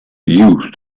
youth